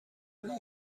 اون